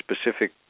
specific